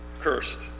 cursed